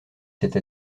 cette